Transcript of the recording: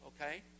okay